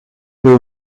que